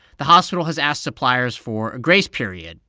the hospital has asked suppliers for a grace period,